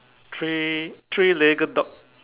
three three legged dog